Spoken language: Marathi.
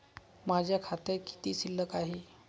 माझ्या खात्यात किती शिल्लक आहे?